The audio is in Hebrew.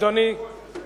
זה